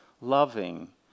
loving